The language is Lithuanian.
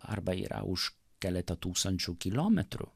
arba yra už keleto tūkstančių kilometrų